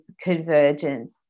convergence